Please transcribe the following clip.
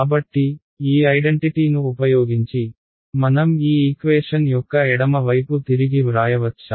కాబట్టి ఈ ఐడెంటిటీను ఉపయోగించి మనం ఈ ఈక్వేషన్ యొక్క ఎడమ వైపు తిరిగి వ్రాయవచ్చా